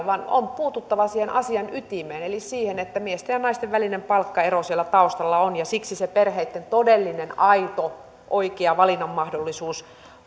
vaan on puututtava siihen asian ytimeen eli siihen että miesten ja naisten välinen palkkaero siellä taustalla on ja sen tähden se perheitten todellinen aito oikea valinnanmahdollisuus